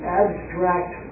abstract